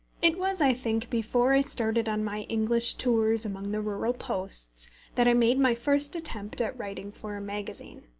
it was, i think, before i started on my english tours among the rural posts that i made my first attempt at writing for a magazine.